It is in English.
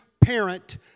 parent